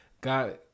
God